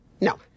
no